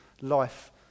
life